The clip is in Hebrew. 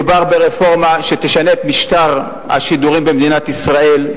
מדובר ברפורמה שתשנה את משטר השידורים במדינת ישראל,